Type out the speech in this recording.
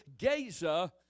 Gaza